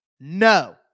No